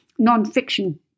nonfiction